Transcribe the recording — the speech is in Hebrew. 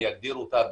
אני אגדיר את זה,